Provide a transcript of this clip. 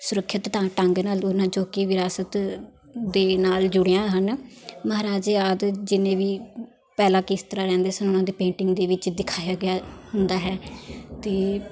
ਸੁਰੱਖਿਅਤ ਢੰ ਢੰਗ ਨਾਲ਼ ਉਹਨਾਂ ਜੋ ਕਿ ਵਿਰਾਸਤ ਦੇ ਨਾਲ਼ ਜੁੜੀਆਂ ਹਨ ਮਹਾਰਾਜੇ ਆਦਿ ਜਿੰਨੇ ਵੀ ਪਹਿਲਾਂ ਕਿਸ ਤਰ੍ਹਾਂ ਰਹਿੰਦੇ ਸਨ ਉਹਨਾਂ ਦੇ ਪੇਂਟਿੰਗ ਦੇ ਵਿੱਚ ਦਿਖਾਇਆ ਗਿਆ ਹੁੰਦਾ ਹੈ ਅਤੇ